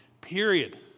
period